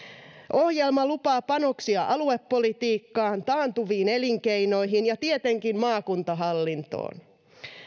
ohjelma lupaa panoksia aluepolitiikkaan taantuviin elinkeinoihin ja tietenkin maakuntahallintoon